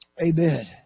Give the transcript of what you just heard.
Amen